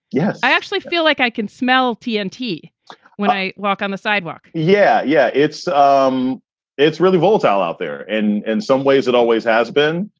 yes, i actually feel like i can smell tnt when i walk on the sidewalk yeah, yeah. it's um it's really volatile out there. and in some ways it always has been.